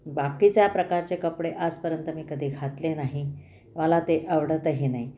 बाकीच्या प्रकारचे कपडे आजपर्यंत मी कधी घातले नाही मला ते आवडतही नाही